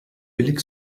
billig